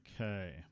Okay